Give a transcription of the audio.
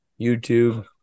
YouTube